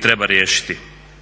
treba riješiti.